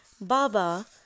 Baba